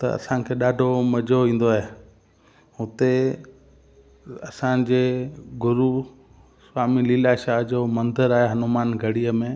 त असांखे ॾाढो मज़ो ईंदो आहे उते असांजे गुरू स्वामी लीलाशाह जो मंदरु आहे हनुमान गढ़ीअ में